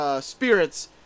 Spirits